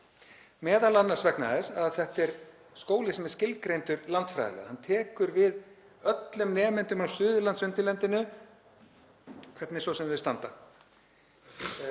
m.a. vegna þess að þetta er skóli sem er skilgreindur landfræðilega, hann tekur við öllum nemendum á Suðurlandsundirlendinu hvernig svo sem þau standa.